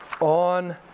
on